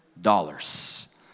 dollars